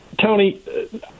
Tony